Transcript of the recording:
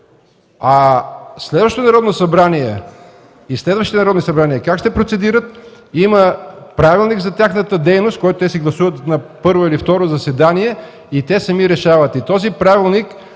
А следващо Народно събрание и следващите народните събрания как ще процедират – има правилник за тяхната дейност, който те си гласуват на първо или на второ заседание, и те сами решават. Този правилник,